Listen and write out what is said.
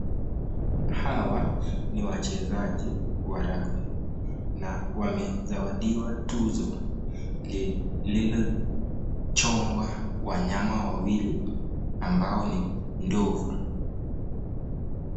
Hawa ni wachezaji wa ragbi na wamezawadiwa tuzo, lilochongwa wanyama wawili ambayo ni ndovu.